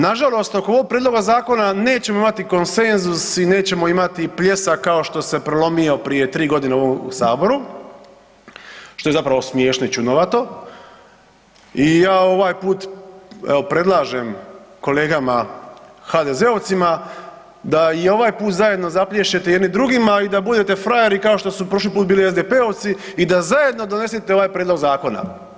Nažalost, oko ovog prijedloga zakona nećemo imati konsenzus i nećemo imati pljesak kao što se prolomio prije 3.g. u ovom saboru, što je zapravo smiješno i čudnovato i ja ovaj put predlažem kolegama HDZ-ovcima da i ovaj put zajedno zaplješćete jedni drugima i da budete frajeri kao što su prošli put bili SDP-ovci i da zajedno donesete ovaj prijedlog zakona.